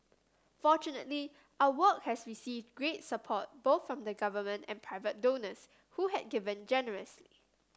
fortunately our work has received great support both from the Government and private donors who had given generously